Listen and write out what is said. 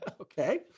Okay